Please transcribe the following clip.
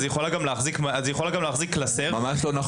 אז היא יכולה גם להחזיק קלסר --- ממש לא נכון.